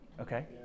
Okay